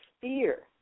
fear